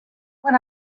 when